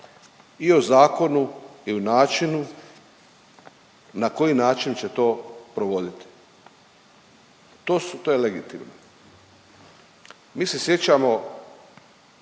i o zakonu i o načinu na koji način će to provoditi. To su, to je legitimno. Mi se sjećamo